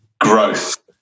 growth